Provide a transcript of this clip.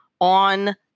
on